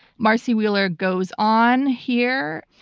marcy wheeler goes on here.